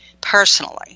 personally